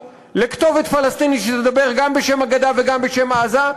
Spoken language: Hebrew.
לכתובת פלסטינית שתדבר גם בשם הגדה וגם בשם עזה,